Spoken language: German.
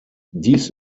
dies